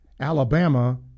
Alabama